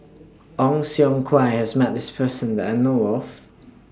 Ong Siong Kai has Met This Person that I know of